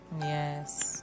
yes